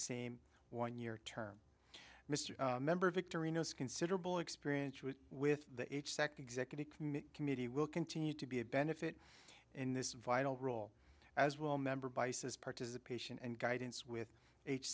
same one year term mr member victory knows considerable experience with the second executive committee will continue to be a benefit in this vital role as well member bice's participation and guidance with h